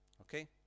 okay